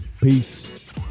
peace